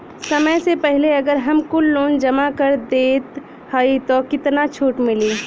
समय से पहिले अगर हम कुल लोन जमा कर देत हई तब कितना छूट मिली?